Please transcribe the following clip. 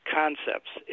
concepts